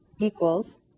equals